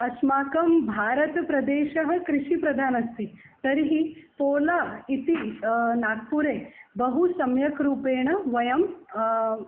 अस्माकं भारतप्रदेशः कृषिप्रधानः अस्ति तर्हि पोला इति नाग्पुरे बहु सम्यक्रूपेण वयं